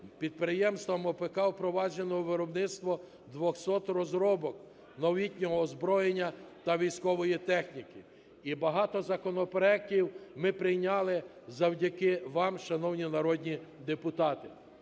підприємствами ОПК впроваджено виробництво двохсот розробок новітнього озброєння та військової техніки. І багато законопроектів ми прийняли завдяки вам, шановні народні депутати.